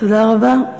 תודה רבה.